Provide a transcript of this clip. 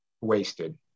wasted